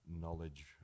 knowledge